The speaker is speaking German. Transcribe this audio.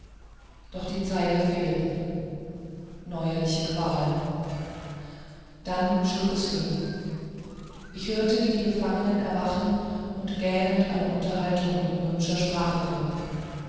doch die zeiger fehlten neuerliche qual dann schlug es fünf ich hörte wie die gefangenen erwachten und gähnend eine unterhaltung in böhmischer sprache führten